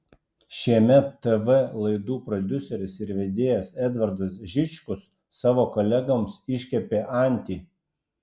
šiemet tv laidų prodiuseris ir vedėjas edvardas žičkus savo kolegoms iškepė antį